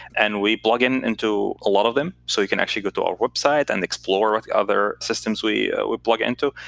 and we plug in into a lot of them. so you can actually go to our website and explore other systems we we plug into.